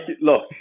look